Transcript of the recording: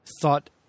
thought